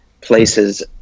places